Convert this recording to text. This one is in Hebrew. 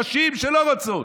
נשים שלא רוצות,